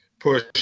push